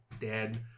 dead